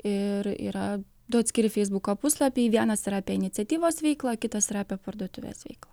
ir yra du atskiri feisbuko puslapiai vienas yra apie iniciatyvos veiklą kitas yra apie parduotuvės veiklą